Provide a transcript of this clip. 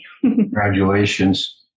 Congratulations